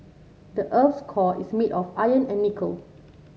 the earth's core is made of iron and nickel